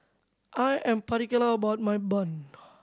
I am particular about my bun